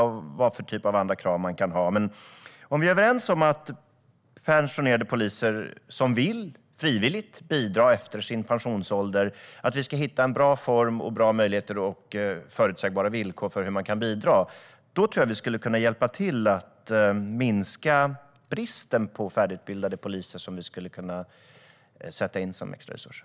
Om vi kan hitta en bra form i fråga om möjligheter och förutsägbara villkor för de pensionerade poliser som frivilligt vill bidra efter sin pensionsålder tror jag att vi skulle kunna hjälpa till att minska bristen på färdigutbildade poliser. De pensionerade poliserna skulle kunna sättas in som extra resurser.